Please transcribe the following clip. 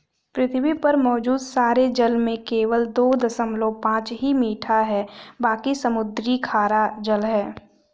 पृथ्वी पर मौजूद सारे जल में केवल दो दशमलव पांच ही मीठा है बाकी समुद्री खारा जल है